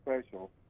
special